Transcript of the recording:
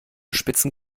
spitzen